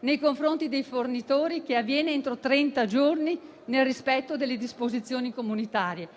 nei confronti dei fornitori, che avviene entro trenta giorni nel rispetto delle disposizioni comunitarie.